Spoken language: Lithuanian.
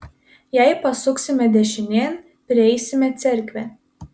jei pasuksime dešinėn prieisime cerkvę